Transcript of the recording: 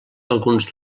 alguns